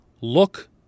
look